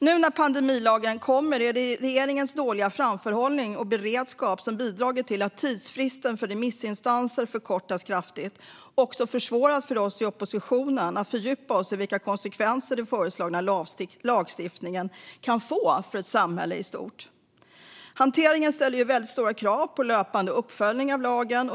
Nu när pandemilagen kommer är det regeringens dåliga framförhållning och beredskap som bidragit till att tidsfristen för remissinstanser kraftigt förkortats. Det har också försvårat för oss i oppositionen att fördjupa oss i vilka konsekvenser den föreslagna lagstiftningen kan få för ett samhälle i stort. Hanteringen ställer väldigt stora krav på löpande uppföljning av lagen.